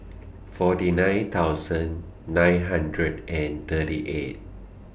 forty nine thousand nine hundred and thirty eight